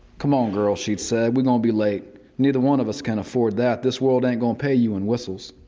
come on, girl, she'd said. we going to be late neither one of us can afford that. this world ain't going to pay you in whistles.